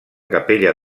capella